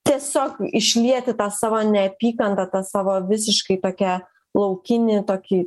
tiesiog išlieti tą savo neapykantą tą savo visiškai tokią laukinį tokį